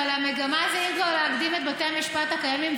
אבל המגמה זה אם כבר להגדיל את בתי המשפט הקיימים,